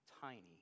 tiny